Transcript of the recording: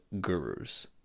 gurus